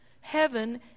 Heaven